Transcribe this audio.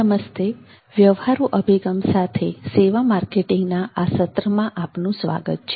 નમસ્તે વ્યવહારુ અભિગમ સાથે સેવા માર્કેટિંગના આ સત્રમાં આપનું સ્વાગત છે